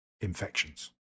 infections